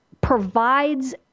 provides